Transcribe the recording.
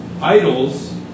idols